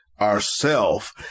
ourself